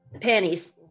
Panties